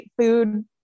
food